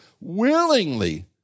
willingly